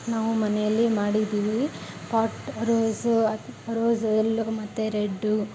ನಾವು ಮನೆಯಲ್ಲಿ ಮಾಡಿದೀವಿ ಪಾಟ್ ರೋಸು ರೋಸ್ ಎಲ್ಲೋ ಮತ್ತು ರೆಡ್ಡು